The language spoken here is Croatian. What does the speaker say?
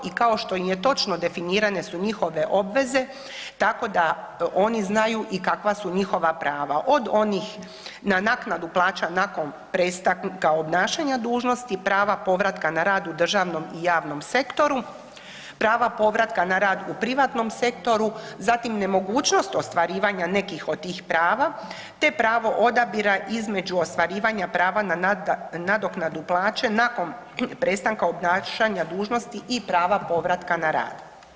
I kao što definirane su njihove obveze tako da oni znaju i kakva su njihova prava od onih na naknadu plaća nakon prestanka obnašanja dužnosti, prava povratka na rad u državnom i javnom sektoru, prava povratka na rad u privatnom sektoru, zatim nemogućnost ostvarivanja nekih od tih prava te pravo odabira između ostvarivanja prava na nadoknadu plaće nakon prestanka obnašanja dužnosti i prava povratka na rad.